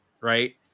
right